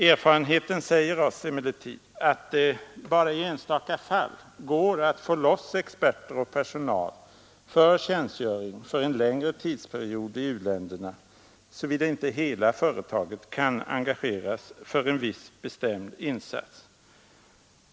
Erfarenheten säger oss emellertid att det bara i enstaka fall går att få loss experter och personal för tjänstgöring under en längre tidsperiod i u-länderna, såvida inte hela företaget kan engageras för en viss, bestämd insats.